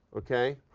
okay?